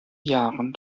jahren